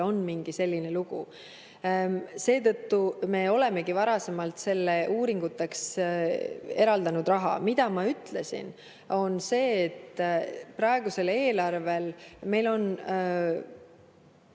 on mingi selline lugu. Seetõttu me olemegi varasemalt uuringuteks eraldanud raha. Mida ma ütlesin, on see, et praegusel eelarvel meil on